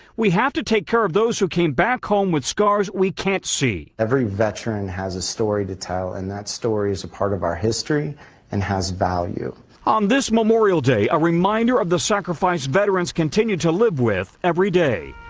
we have to take care of those who came back home with scars we can't see. every veteran has a story to tell and that story is a part of our history and has value. reporter on this memorial day, a reminder of the sacrifice veterans continue to live with every day.